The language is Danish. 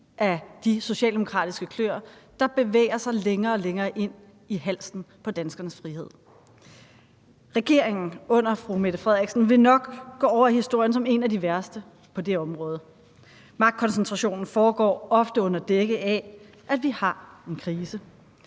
af de socialdemokratiske klør, der bevæger sig længere og længere ind i halsen på danskernes frihed. Regeringen under fru Mette Frederiksen vil nok gå over i historien som en af de værste på det område. Magtkoncentrationen foregår ofte under dække af, at vi har en krise.